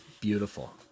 beautiful